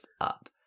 up